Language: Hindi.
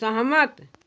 सहमत